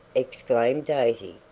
exclaimed daisy.